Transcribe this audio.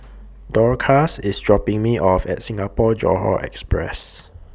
Dorcas IS dropping Me off At Singapore Johore Express